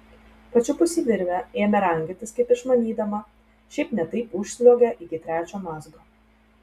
pačiupusi virvę ėmė rangytis kaip išmanydama šiaip ne taip užsliuogė iki trečio mazgo